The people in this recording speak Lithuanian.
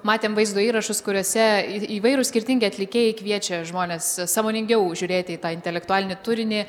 matėm vaizdo įrašus kuriuose į įvairūs skirtingi atlikėjai kviečia žmones sąmoningiau žiūrėti į tą intelektualinį turinį